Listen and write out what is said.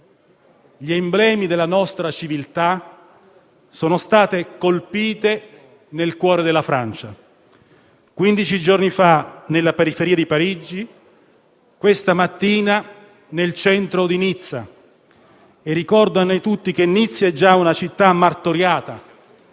gli emblemi della nostra civiltà, sono state colpite nel cuore della Francia: quindici giorni fa, nella periferia di Parigi, e questa mattina, nel centro di Nizza. Ricordo a noi tutti che quest'ultima è già una città martoriata,